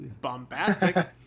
bombastic